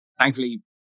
Thankfully